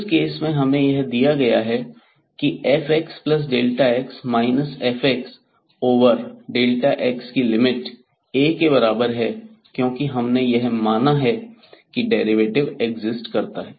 इस केस में हमें यह दिया गया है की fxx fx ओवर x की लिमिट A के बराबर है क्योंकि हमने यह माना की डेरिवेटिव एक्सिस्ट करता है